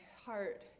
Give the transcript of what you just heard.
heart